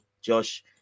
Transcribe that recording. Josh